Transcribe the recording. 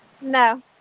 No